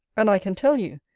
and i can tell you,